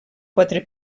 quatre